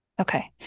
Okay